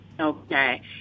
okay